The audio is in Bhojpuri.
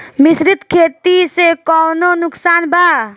मिश्रित खेती से कौनो नुकसान बा?